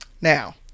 now